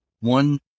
One